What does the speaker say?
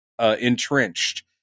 entrenched